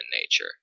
nature